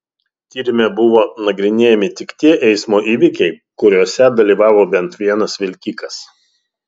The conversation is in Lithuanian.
tyrime buvo nagrinėjami tik tie eismo įvykiai kuriuose dalyvaudavo bent vienas vilkikas